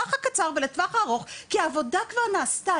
בטווח הקצר לטווח הארוך כי העבודה כבר נעשתה.